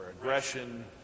aggression